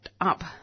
up